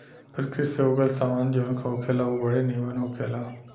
प्रकृति से उगल सामान जवन होखेला उ बड़ी निमन होखेला